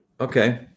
Okay